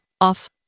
Off